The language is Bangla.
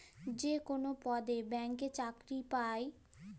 যে কল পদে যদি ব্যাংকে চাকরি চাই তার জনহে পরীক্ষা হ্যয়